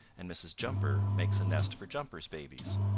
and mrs. jumper makes a nest for jumper's babies.